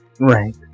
Right